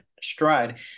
stride